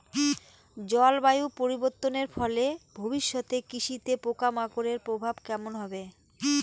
জলবায়ু পরিবর্তনের ফলে ভবিষ্যতে কৃষিতে পোকামাকড়ের প্রভাব কেমন হবে?